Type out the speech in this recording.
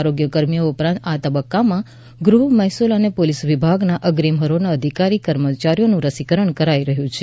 આરોગ્ય કર્મીઓ ઉપરાંત આ તબક્કામાં ગૃહ મહેસૂલ અને પોલીસ વિભાગના અગ્રીમ હરોળના અધિકારી કર્મચારીઓનું રસીકરણ કરાઈ રહ્યું છે